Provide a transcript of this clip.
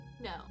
No